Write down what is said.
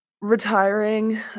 Retiring